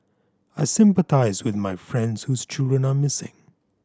I sympathise with my friends whose children are missing